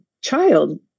child